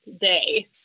day